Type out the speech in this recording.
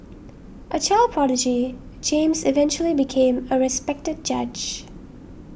a child prodigy James eventually became a respected judge